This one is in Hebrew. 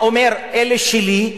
הוא אומר: אלה שלי,